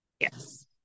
Yes